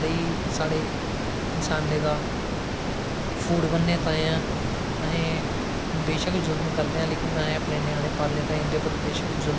एह् पैहले पैहले जमाने च बी जेहड़ी साढ़ी दादियां परदादियां हियां बुनदियां होदी ही कढाइयां बुनदी होंदी ही जियां में तुसें गी पैहलें सानाया